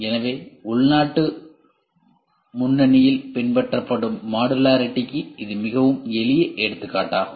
எனவே உள்நாட்டு முன்னணியில் பின்பற்றப்படும் மாடுலாரிடிக்கு இது மிகவும் எளிய எடுத்துக்காட்டு ஆகும்